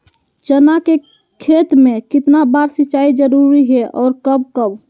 चना के खेत में कितना बार सिंचाई जरुरी है और कब कब?